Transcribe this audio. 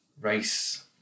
race